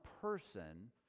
person